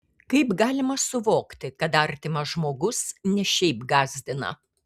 kaip galima suvokti kad artimas žmogus ne šiaip gąsdina